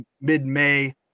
mid-May